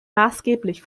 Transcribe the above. maßgeblich